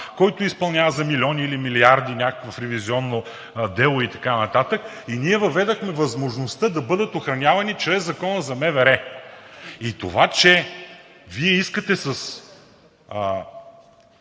който изпълнява за милиони или милиарди някакво ревизионно дело, и така нататък, и ние въведохме възможността да бъдат охранявани чрез Закона за МВР. И това, че Вие искате със